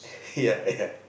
ya ya